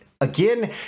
Again